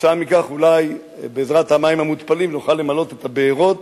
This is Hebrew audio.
וכתוצאה מכך אולי בעזרת המים המותפלים נוכל למלא את הבארות